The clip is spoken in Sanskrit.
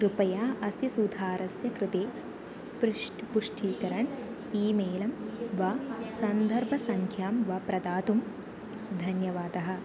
कृपया अस्य सुधारस्य कृते पृष्टं पुष्ठीकरणम् ईमेलं वा सन्दर्भसङ्ख्यां वा प्रदातुं धन्यवादः